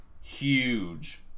huge